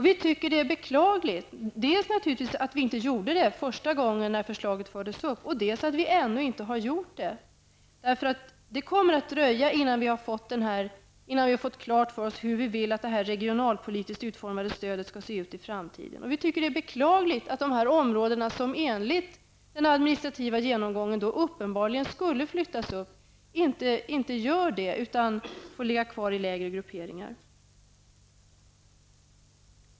Vi tycker att det är beklagligt, dels naturligtvis att det inte gjordes första gången förslaget fördes fram, dels att det ännu inte har skett. Det kommer att dröja innan vi har fått klart för oss hur vi vill att det regionalpolitiskt utformade stödet skall se ut i framtiden, och det är beklagligt att de områden som enligt den administrativa genomgången uppenbarligen skulle flyttas upp inte kommer att bli uppflyttade utan får ligga kvar i lägre grupperingar.